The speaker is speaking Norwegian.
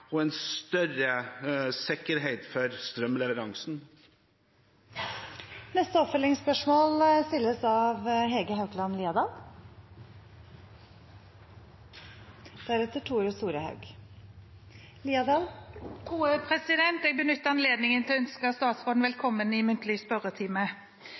større sikkerhet for strømleveransen. Det blir oppfølgingsspørsmål – først Hege Haukeland Liadal. Jeg benytter anledningen til å ønske statsråden velkommen til muntlig spørretime.